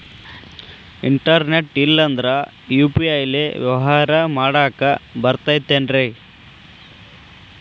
Internet ಇಲ್ಲಂದ್ರ UPI ಲೇ ವ್ಯವಹಾರ ಮಾಡಾಕ ಬರತೈತೇನ್ರೇ?